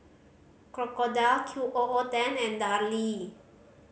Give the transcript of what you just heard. Crocodile Q O O Ten and Darlie